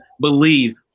believe